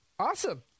Awesome